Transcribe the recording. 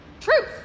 truth